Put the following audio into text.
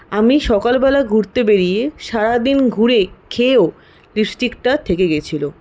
আমি সকালবেলা ঘুরতে বেরিয়ে সারাদিন ঘুরে খেয়েও লিপস্টিকটা থেকে গিয়েছিল